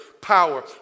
Power